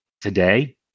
today